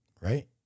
right